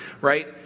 right